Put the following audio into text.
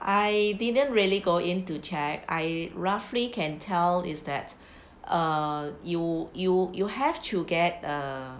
I didn't really go in to check I roughly can tell is that uh you you you have to get uh